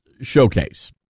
showcase